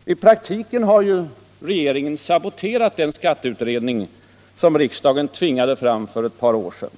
; I praktiken har regeringen saboterat den skatteutredning som riksdagen tvingade fram för ett par år sedan.